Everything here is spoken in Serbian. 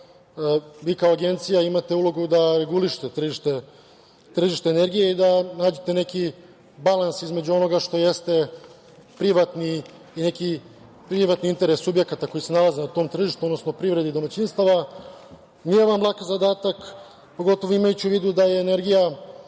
vi kao Agencija imate ulogu da regulišete tržište energije i da nađete neki balans između onoga što jeste privatni i neki privatni interes subjekata koji se nalaze na trom tržištu, odnosno privrede i domaćinstava. Nije vam lak zadataka, pogotovo imajući u vidu da je energija